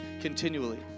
continually